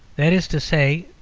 that is to say,